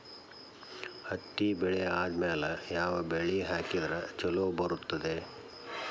ಹತ್ತಿ ಬೆಳೆ ಆದ್ಮೇಲ ಯಾವ ಬೆಳಿ ಹಾಕಿದ್ರ ಛಲೋ ಬರುತ್ತದೆ?